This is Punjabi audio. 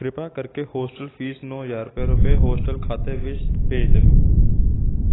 ਕਿਰਪਾ ਕਰਕੇ ਹੋਸਟਲ ਫ਼ੀਸ ਨੌ ਹਜ਼ਾਰ ਰਪ ਰੁਪਏ ਹੋਸਟਲ ਖਾਤੇ ਵਿੱਚ ਭੇਜ ਦੇਵੋ